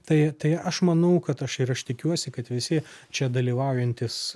tai tai aš manau kad aš ir aš tikiuosi kad visi čia dalyvaujantys